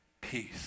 peace